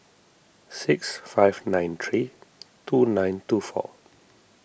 six five nine three two nine two four